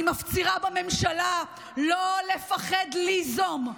אני מפצירה בממשלה לא לפחד ליזום.